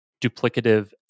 duplicative